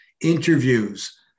interviews